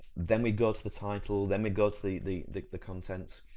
then we go to the title, then we go to the, the, the the content.